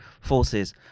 forces